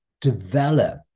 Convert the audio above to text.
develop